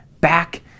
back